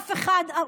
ואף אחד.